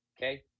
Okay